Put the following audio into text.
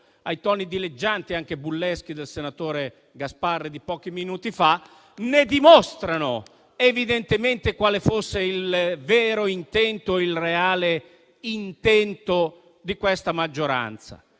ai toni dileggianti e anche bulleschi del senatore Gasparri di pochi minuti fa) dimostrano evidentemente quale fosse il vero e il reale intento di questa maggioranza.